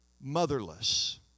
motherless